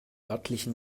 örtlichen